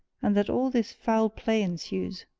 and that all this foul play ensues?